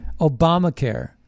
Obamacare